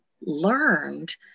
learned